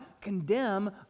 condemn